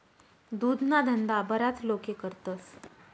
दुधना धंदा बराच लोके करतस